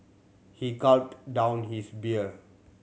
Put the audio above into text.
he gulped down his beer